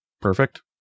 perfect